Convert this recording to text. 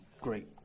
great